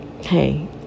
Hey